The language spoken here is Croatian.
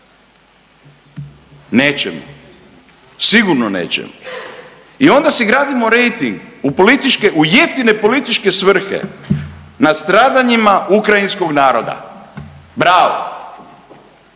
nećemo, sigurno nećemo i onda si gradimo rejting u političke, u jeftine političke svrhe na stradanjima ukrajinskog naroda, bravo